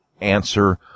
answer